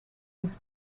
his